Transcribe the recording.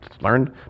learned